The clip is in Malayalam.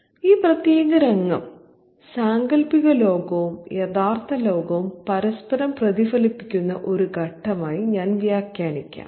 ഈ പ്രത്യേക രംഗം സാങ്കൽപ്പിക ലോകവും യഥാർത്ഥ ലോകവും പരസ്പരം പ്രതിഫലിപ്പിക്കുന്ന ഒരു ഘട്ടമായി ഞാൻ വ്യാഖ്യാനിക്കും